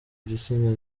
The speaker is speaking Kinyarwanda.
gitsina